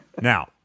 Now